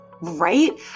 Right